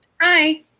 Hi